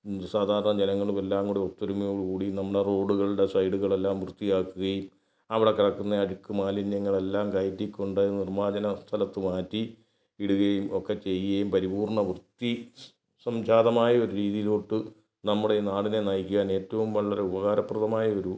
സാധാരണ ജനങ്ങളും എല്ലാം കൂടി ഒത്തൊരുമയോടു കൂടി നമ്മുടെ റോഡുകളുടെ സൈഡുകളെല്ലാം വൃത്തിയാക്കുകയും അവിടെ കിടക്കുന്ന അഴുക്ക് മാലിന്യങ്ങളെല്ലാം കയറ്റിക്കൊണ്ട് നിർമാർജ്ജന സ്ഥലത്ത് മാറ്റി ഇടുകയും ഒക്കെ ചെയ്യുകയും പരിപൂർണ വൃത്തി സംജാതമായ ഒരു രീതിയിലോട്ട് നമ്മുടെ നാടിനെ നയിക്കാനേറ്റവും വളരെ ഉപകാരപ്രദമായ ഒരു